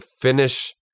finish